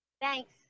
thanks